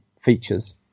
features